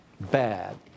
bad